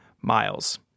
miles